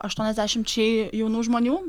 aštuoniasdešimčiai jaunų žmonių